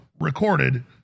recorded